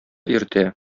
иртә